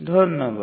ধন্যবাদ